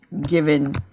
given